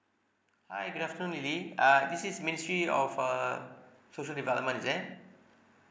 hi good afternoon lily uh this is ministry of uh social development is it